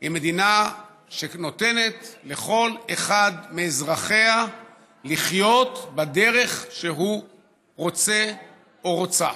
היא מדינה שנותנת לכל אחד מאזרחיה לחיות בדרך שהוא רוֹצֶה או רוצָה.